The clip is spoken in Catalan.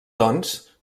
doncs